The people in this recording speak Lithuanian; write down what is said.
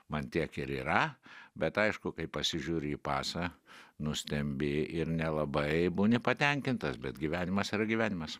man tiek ir yra bet aišku kai pasižiūri į pasą nustembi ir nelabai būni patenkintas bet gyvenimas yra gyvenimas